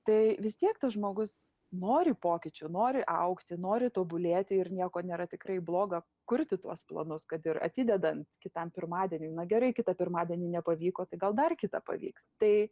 tai vis tiek tas žmogus nori pokyčių nori augti nori tobulėti ir nieko nėra tikrai bloga kurti tuos planus kad ir atidedant kitam pirmadieniui na gerai kitą pirmadienį nepavyko tai gal dar kitą pavyks tai